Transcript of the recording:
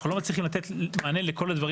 אנחנו לא מצליחים לתת מענה לכל מיני דברים